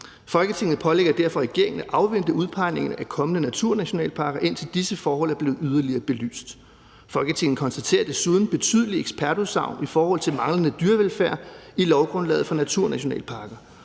Folketinget pålægger derfor regeringen at vente med udpegninger af kommende naturnationalparker, indtil disse forhold er blevet yderligere belyst. Folketinget konstaterer desuden betydelige ekspertudsagn i forhold til manglende dyrevelfærd i lovgrundlaget for naturnationalparker.